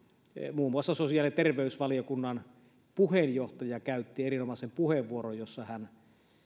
muun muassa sosiaali ja terveysvaliokunnan puheenjohtaja käytti erinomaisen puheenvuoron jossa hän